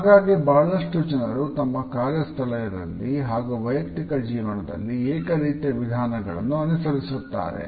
ಹಾಗಾಗಿ ಬಹಳಷ್ಟು ಜನರು ತಮ್ಮ ಕಾರ್ಯಸ್ಥಳದಲ್ಲಿ ಹಾಗೂ ವೈಯಕ್ತಿಕ ಜೀವನದಲ್ಲಿ ಏಕ ರೀತಿಯ ವಿಧಾನಗಳನ್ನು ಅನುಸರಿಸುತ್ತಾರೆ